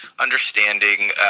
understanding